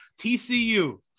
tcu